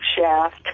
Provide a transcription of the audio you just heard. shaft